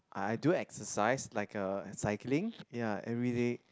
I do exercise like uh cycling ya everyday